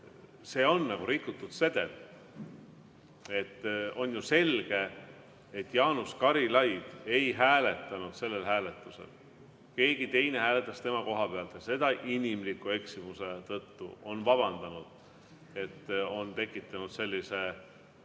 see on nagu rikutud sedel. On ju selge, et Jaanus Karilaid ei hääletanud sellel hääletusel, keegi teine hääletas tema koha pealt ja seda inimliku eksimuse tõttu. Ta on vabandanud, et on tekitanud sellise